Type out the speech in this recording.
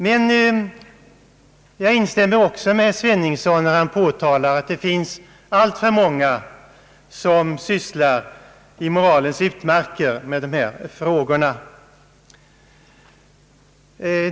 Men jag instämmer också när herr Sveningsson påtalar att det finns alltför många som sysslar i moralens utmarker med dessa affärer.